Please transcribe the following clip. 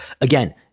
Again